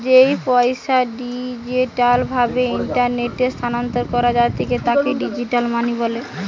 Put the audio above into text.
যেই পইসা ডিজিটাল ভাবে ইন্টারনেটে স্থানান্তর করা জাতিছে তাকে ডিজিটাল মানি বলে